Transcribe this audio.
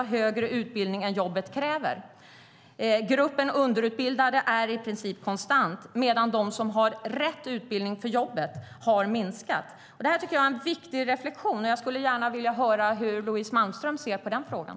har högre utbildning än jobbet kräver" och att "gruppen 'underutbildade' är konstant medan gruppen 'rätt utbildade' har minskat". Jag tycker att det är en viktig reflexion, och jag skulle gärna vilja höra hur Louise Malmström ser på den frågan.